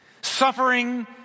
suffering